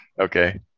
Okay